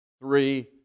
three